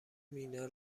مینا